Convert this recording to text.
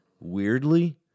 weirdly